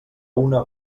una